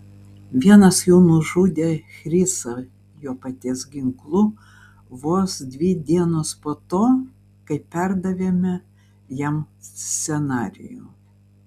vienas jų nužudė chrisą jo paties ginklu vos dvi dienos po to kai perdavėme jam scenarijų